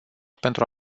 pentru